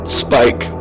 spike